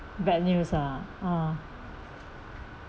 bad news ah oh